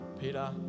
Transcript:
Peter